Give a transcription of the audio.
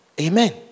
Amen